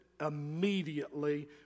immediately